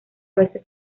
veces